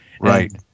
Right